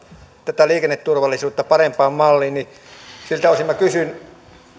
tätä liikenneturvallisuutta parempaan malliin siltä osin minä kysyn